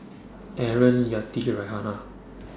Aaron Yati Raihana